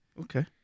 Okay